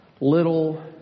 little